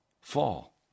fall